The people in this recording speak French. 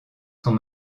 sont